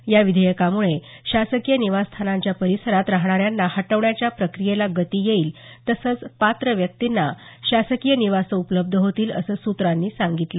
या विधेयकामुळे शासकीय निवासस्थानांच्या परिसरात राहणाऱ्यांना हटवण्याच्या प्रक्रियेला गती येईल तसंच पात्र व्यक्तिंना शासकीय निवासं उपलब्ध होतील असं सूत्रांनी सांगितलं